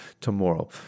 tomorrow